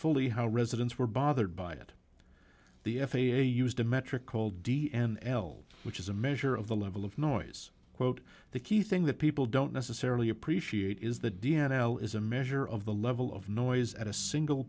fully how residents were bothered by it the f a a used a metric called d n l which is a measure of the level of noise quote the key thing that people don't necessarily appreciate is the d l is a measure of the level of noise at a single